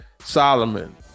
Solomon